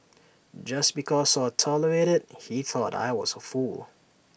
just because I tolerated he thought I was A fool